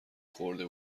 خورده